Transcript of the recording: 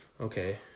Okay